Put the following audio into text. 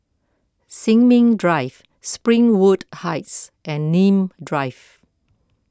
Sin Ming Drive Springwood Heights and Nim Drive